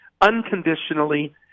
unconditionally